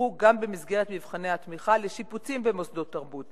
נתמכו גם במסגרת מבחני התמיכה לשיפוצים במוסדות תרבות